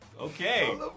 Okay